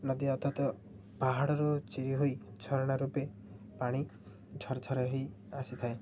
ନଦୀ ଅଥତ ପାହାଡ଼ରୁ ଚିରି ହେଇ ଝରଣା ରୂପେ ପାଣି ଝର ଝର ହେଇ ଆସିଥାଏ